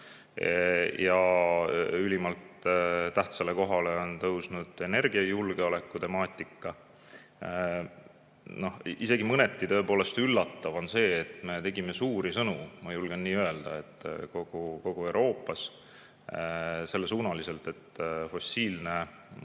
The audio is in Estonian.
Ülimalt tähtsale kohale on tõusnud energiajulgeoleku temaatika. Isegi mõneti üllatav on see, et me tegime suuri sõnu, ma julgen nii öelda, kogu Euroopas selle kohta, kuidas fossiilne